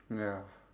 ya